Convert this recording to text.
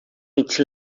mig